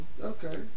okay